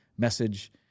Message